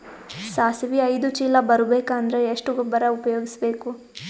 ಸಾಸಿವಿ ಐದು ಚೀಲ ಬರುಬೇಕ ಅಂದ್ರ ಎಷ್ಟ ಗೊಬ್ಬರ ಉಪಯೋಗಿಸಿ ಬೇಕು?